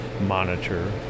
monitor